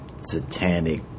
satanic